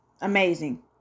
Amazing